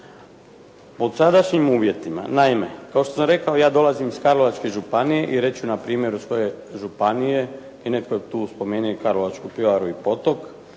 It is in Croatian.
Pod sadašnjim uvjetima, naime, kao što sam rekao ja dolazim iz Karlovačke županije i reći ću npr. iz koje županije, i netko je tu spomenuo i Karlovačku pivovaru i Potok,